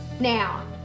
Now